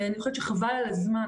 חבל על הזמן,